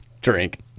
Drink